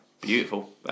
beautiful